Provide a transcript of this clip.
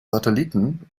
satelliten